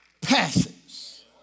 passes